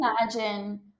imagine